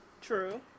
true